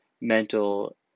mental